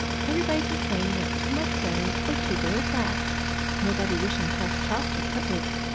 everybody complaining of too much bone or too little fat nobody wishing tough chops or cutlets,